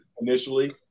initially